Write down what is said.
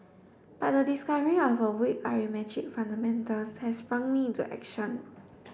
but the discovery of her weak arithmetic fundamentals has sprung me into action